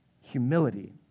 humility